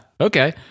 Okay